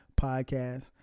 podcast